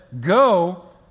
go